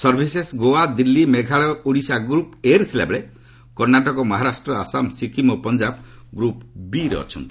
ସର୍ଭିଶେଷ ଗୋଆ ଦିଲ୍ଲୀ ମେଘାଳୟ ଓ Odisha group A ରେ ଥିଲା ବେଳେ କର୍ଣ୍ଣାଟକ ମହାରାଷ୍ଟ୍ର ଆସାମ ସିକିମ୍ ଓ ପଞ୍ଜାବ ଗ୍ରୁପ୍ ବି ରେ ଅଛନ୍ତି